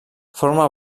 forma